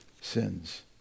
sins